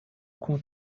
coin